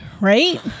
right